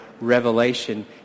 Revelation